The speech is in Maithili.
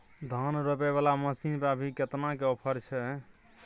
धान रोपय वाला मसीन पर अभी केतना के ऑफर छै?